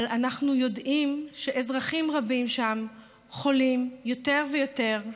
אבל אנחנו יודעים שאזרחים רבים שם חולים יותר ויותר,